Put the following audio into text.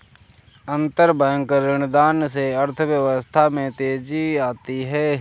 अंतरबैंक ऋणदान से अर्थव्यवस्था में तेजी आती है